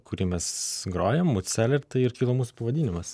kurį mes grojam mūd seler tai ir kilo mūsų pavadinimas